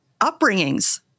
upbringings